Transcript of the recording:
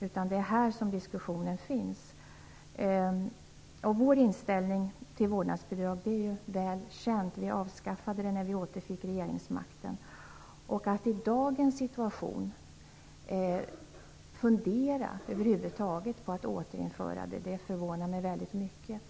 utan det är här diskussionen förs. Vår inställning till vårdnadsbidrag är ju väl känd. Vi avskaffade det när vi återfick regeringsmakten. Att man i dagens situation över huvud taget funderar på att återinföra det förvånar mig mycket.